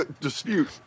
dispute